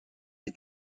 est